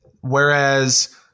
Whereas